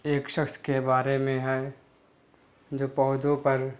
ایک شخص کے بارے میں ہے جو پودوں پر